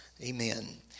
Amen